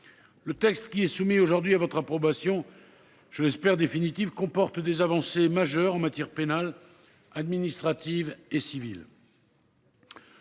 Le texte qui est soumis aujourd'hui à votre approbation je l'espère définitif comporte des avancées majeures en matière pénale administrative et civile.